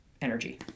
energy